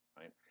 right